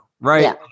right